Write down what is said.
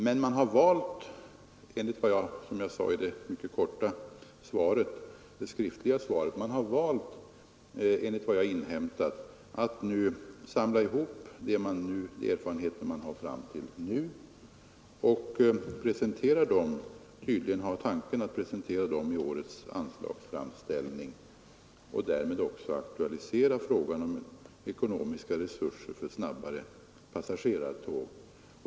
Men SJ har enligt vad jag anfört i det mycket korta skriftliga svaret och enligt vad jag under hand inhämtat valt att samla ihop de erfarenheter som hittills vunnits. Och SJ har tydligen tanke på att presentera dem i årets anslagsframställning och att även aktualisera frågan om ekonomiska resurser för snabbare passagerartåg.